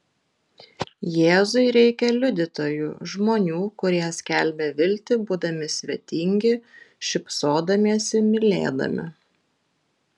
jėzui reikia liudytojų žmonių kurie skelbia viltį būdami svetingi šypsodamiesi mylėdami